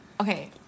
okay